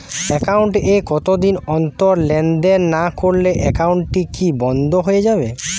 Account এ কতদিন অন্তর লেনদেন না করলে একাউন্টটি কি বন্ধ হয়ে যাবে?